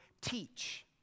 teach